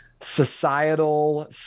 societal